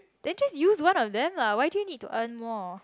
then just use one of them lah why do you need to earn more